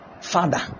Father